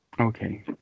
Okay